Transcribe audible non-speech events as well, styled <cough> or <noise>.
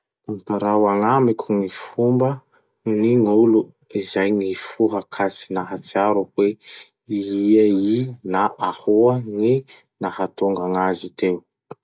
Tantarao agnamiko gny fomban'ny gn'olo izay nifoha ka tsy nahatsiaro heo <noise> ia i na ahoa gny nahatongagn'azy teo.